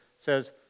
says